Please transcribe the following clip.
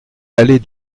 allée